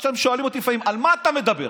אתם שואלים אותי לפעמים: על מה אתה מדבר?